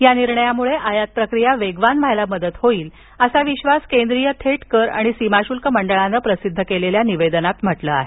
या निर्णयामुळं आयात प्रक्रिया वेगवान होण्यास मदत होईल असा विश्वास केंद्रीय थेट कर आणि सीमा शुल्क मंडळानं प्रसिद्ध केलेल्या निवेदनात म्हटलं आहे